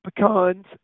pecans